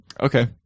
Okay